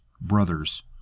brothers